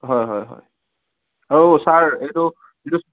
হয় হয় হয় আৰু ছাৰ এইটো এইটো